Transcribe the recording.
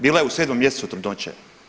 Bila je u 7 mjesecu trudnoće.